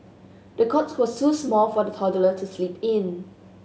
the cot was too small for the toddler to sleep in